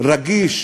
רגיש